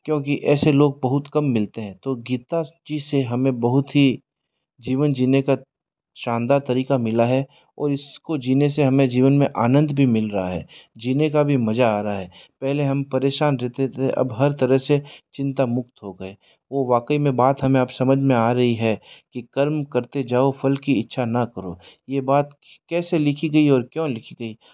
क्योंकि ऐसे लोग बहुत कम मिलते हैं तो गीता चीज़ से हमे बहुत ही जीवन जीने का शानदार तरीक़ा मिला है और इसको जीने से हमें जीवन में आनंद भी मिल रहा है जीने का भी मज़ा आ रहा है पहले हम परेशान रहते थे अब हर तरह से चिंता मुक्त हो गए वो वाक़ई में बात हमें अब समझ में आ रही है कि कर्म करते जाओ फल की इच्छा ना करो ये बात कैसे लिखी गई और क्यों लिखी गई